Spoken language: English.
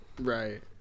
Right